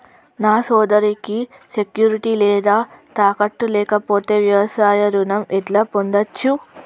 నా సోదరికి సెక్యూరిటీ లేదా తాకట్టు లేకపోతే వ్యవసాయ రుణం ఎట్లా పొందచ్చు?